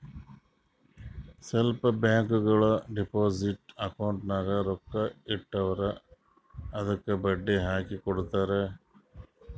ಸ್ವಲ್ಪ ಬ್ಯಾಂಕ್ಗೋಳು deposit account ನಾಗ್ ರೊಕ್ಕಾ ಇಟ್ಟುರ್ ಅದ್ದುಕ ಬಡ್ಡಿ ಹಾಕಿ ಕೊಡ್ತಾರ್